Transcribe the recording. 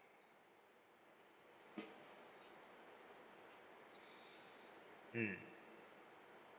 mm